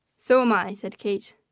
so am i, said kate.